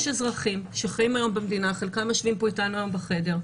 יש אזרחים שחיים במדינה, חלקם יושבים איתנו בחדר,